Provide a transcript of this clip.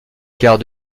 quart